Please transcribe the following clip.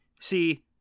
See